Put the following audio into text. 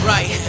Right